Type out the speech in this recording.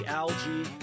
algae